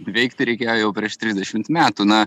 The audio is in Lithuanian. veikti reikėjo jau prieš trisdešimt metų na